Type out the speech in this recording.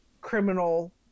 criminal